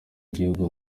igihugu